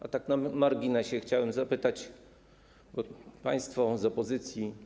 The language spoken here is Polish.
A tak na marginesie, chciałem zapytać, bo państwo z opozycji.